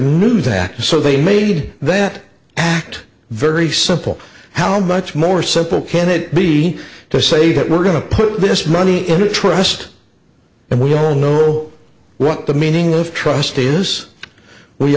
that so they made that act very simple how much more simple can it be to say that we're going to put this money in a trust and we all know what the meaning of trust is we